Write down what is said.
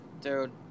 Dude